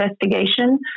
investigation